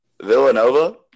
Villanova